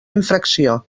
infracció